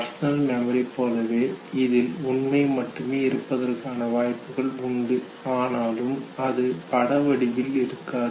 personal memory போலவே இதில் உண்மை மட்டுமே இருப்பதற்கான வாய்ப்புகள் உண்டு ஆனாலும் அது பட வடிவில் இருக்காது